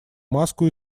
маску